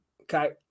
Okay